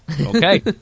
Okay